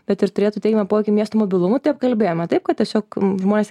bet ir turėtų teigiamą poveikį miesto mobilumui tai apkalbėjome taip kad tiesiog žmonės